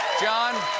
jon,